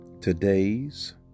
Today's